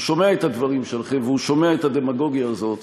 הוא שומע את הדברים שלכם והוא שומע את הדמגוגיה הזאת,